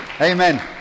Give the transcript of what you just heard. Amen